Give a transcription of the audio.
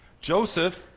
Joseph